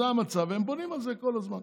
זה המצב, והם בונים על זה כל הזמן.